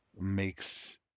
makes